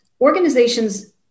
organizations